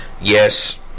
Yes